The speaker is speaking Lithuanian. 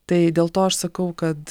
tai dėl to aš sakau kad